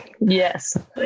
Yes